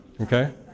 Okay